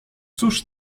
cóż